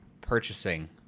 purchasing